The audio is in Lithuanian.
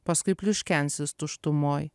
paskui pliuškensis tuštumoj